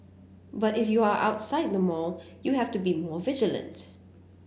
but if you are outside the mall you have to be more vigilant